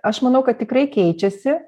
aš manau kad tikrai keičiasi